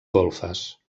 golfes